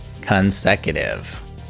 Consecutive